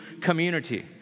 community